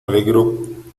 alegro